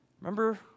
Remember